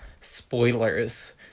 Spoilers